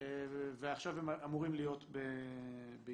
ועכשיו הם אמורים להיות בעיצומם.